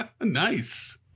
Nice